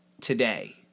today